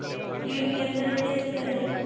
कीट नियंत्रण कैसे करें?